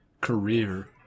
career